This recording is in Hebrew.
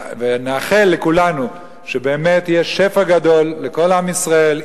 ונאחל לכולנו שבאמת יהיה שפע גדול לכל עם ישראל,